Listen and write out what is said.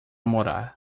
morar